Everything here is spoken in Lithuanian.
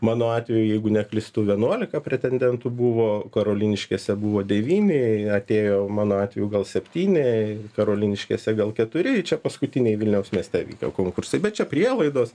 mano atveju jeigu neklystu vienuolika pretendentų buvo karoliniškėse buvo devyni atėjo mano atveju gal septyni karoliniškėse gal keturi čia paskutiniai vilniaus mieste vykę konkursai bet čia prielaidos